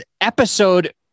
episode